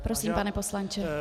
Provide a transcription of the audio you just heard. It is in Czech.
Prosím, pane poslanče.